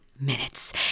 Minutes